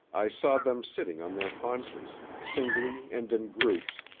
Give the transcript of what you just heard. i saw them sitting on their haunches, singly and in groups,